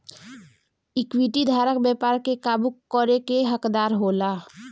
equity धारक व्यापार के काबू करे के हकदार होला